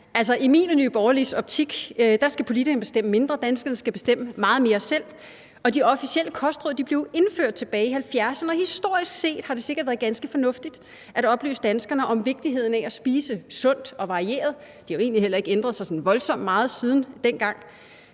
i min og Nye Borgerliges optik skal politikerne bestemme mindre, og danskerne skal bestemme meget mere selv. De officielle kostråd blev jo indført tilbage i 1970'erne, og historisk set har det sikkert været ganske fornuftigt at oplyse danskerne om vigtigheden af at spise sundt og varieret. Det har egentlig heller ikke ændret sig sådan voldsomt meget siden dengang.